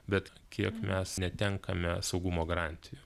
bet kiek mes netenkame saugumo garantijų